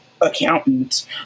accountant